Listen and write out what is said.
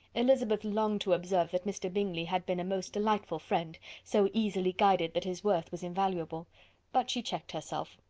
elizabeth longed to observe that mr. bingley had been a most delightful friend so easily guided that his worth was invaluable but she checked herself.